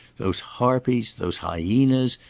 those harpies, those hyenas,